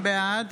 בעד